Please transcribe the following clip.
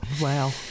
Wow